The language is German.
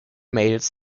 mails